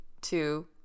two